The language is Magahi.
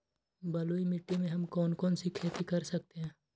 बलुई मिट्टी में हम कौन कौन सी खेती कर सकते हैँ?